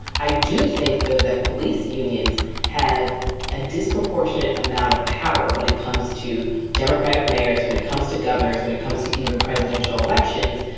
i do think, though, that police unions have a disproportionate amount of power when it comes to democratic mayor is when it comes to governors, when it comes to even presidential elections,